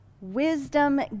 Wisdom